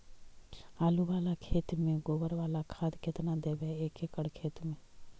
आलु बाला खेत मे गोबर बाला खाद केतना देबै एक एकड़ खेत में?